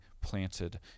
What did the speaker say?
planted